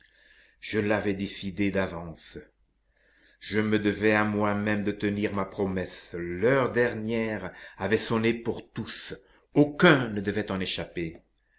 je l'avais décidé d'avance je me devais à moi-même de tenir ma promesse l'heure dernière avait sonné pour tous aucun ne devait en échapper